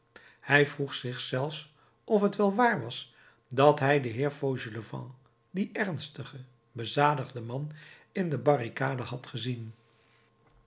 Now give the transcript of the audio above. hij vroeg zich zelfs of het wel waar was dat hij den heer fauchelevent dien ernstigen bezadigden man in de barricade had gezien